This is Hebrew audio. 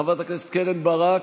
חברת הכנסת קרן ברק,